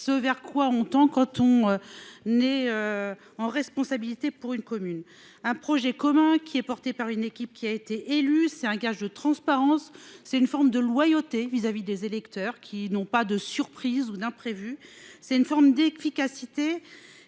ce vers quoi on tend quand on a la responsabilité d’une commune. Un projet commun promu par une équipe qui a été élue est un gage de transparence, une forme de loyauté vis à vis des électeurs qui ne connaîtront ni surprise ni imprévu. C’est une forme d’efficacité